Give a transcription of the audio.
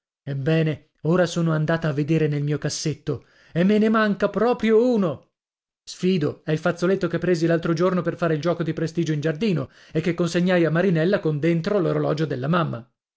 ebbene ora sono andata a vedere nel mio cassetto e me ne manca proprio uno sfido è il fazzoletto che presi l'altro giorno per fare il gioco di prestigio in giardino e che consegnai a marinella con dentro l'orologio della mamma